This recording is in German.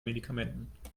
medikamenten